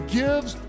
gives